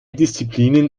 disziplinen